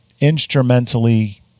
instrumentally